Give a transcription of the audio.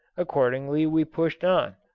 accordingly we pushed on,